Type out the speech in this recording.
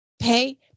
pay